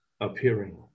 appearing